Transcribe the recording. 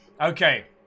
Okay